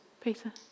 Peter